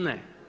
Ne.